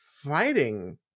fighting